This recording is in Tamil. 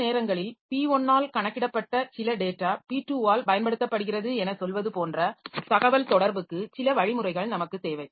சில நேரங்களில் P1 ஆல் கணக்கிடப்பட்ட சில டேட்டா P2 ஆல் பயன்படுத்தப்படுகிறது என சொல்வது போன்ற தகவல்தொடர்புக்கு சில வழிமுறைகள் நமக்கு தேவை